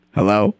Hello